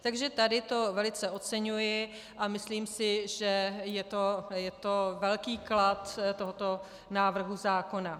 Takže tady to velice oceňuji a myslím si, že je to velký klad tohoto návrhu zákona.